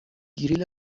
گریل